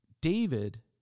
David